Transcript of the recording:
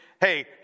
hey